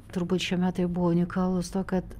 turbūt šie metai buvo unikalūs tuo kad